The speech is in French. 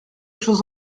chose